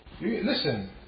listen